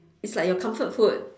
is like your comfort food